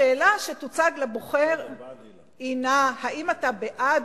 השאלה שתוצג לבוחר הינה: "האם אתה בעד